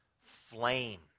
flame